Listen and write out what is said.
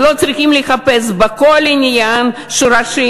ולא צריכים לחפש בכל עניין שורשים,